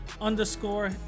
underscore